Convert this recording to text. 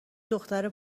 دختره